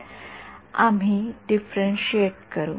विद्यार्थीः डिफरन्शियेट करू आम्ही डिफरन्शियेट करू